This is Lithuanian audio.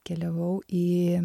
keliavau į